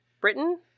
Britain